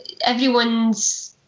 everyone's